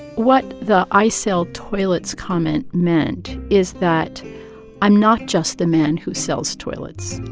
what the i-sell-toilets comment meant is that i'm not just the man who sells toilets.